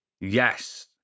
Yes